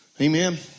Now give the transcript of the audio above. Amen